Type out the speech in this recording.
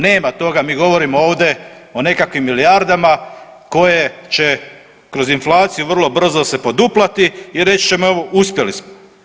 Nema toga, mi govorimo ovdje o nekakvim milijardama koje će kroz inflaciju vrlo brzo se poduplati i reći ćemo evo uspjeli smo.